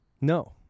No